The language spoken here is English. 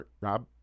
Rob